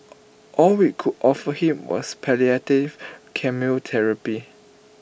all we could offer him was palliative chemotherapy